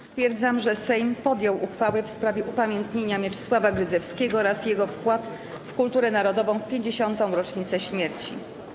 Stwierdzam, że Sejm podjął uchwałę w sprawie upamiętnienia Mieczysława Grydzewskiego oraz jego wkładu w kulturę narodową w 50. rocznicę śmierci.